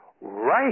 right